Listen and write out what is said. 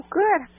good